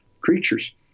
creatures